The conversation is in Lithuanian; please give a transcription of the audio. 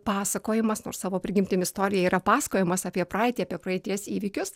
pasakojimas nors savo prigimtim istorija yra pasakojimas apie praeitį apie praeities įvykius